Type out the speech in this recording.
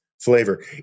flavor